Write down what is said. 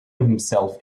himself